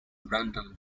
random